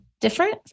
different